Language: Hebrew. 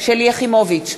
שלי יחימוביץ,